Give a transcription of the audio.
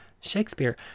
Shakespeare